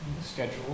Schedule